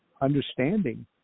understanding